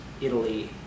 Italy